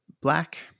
black